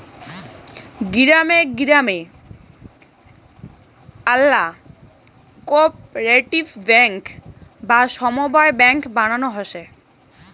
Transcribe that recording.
গিরামে গিরামে আল্যা কোপরেটিভ বেঙ্ক বা সমব্যায় বেঙ্ক বানানো হসে